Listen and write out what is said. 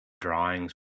drawings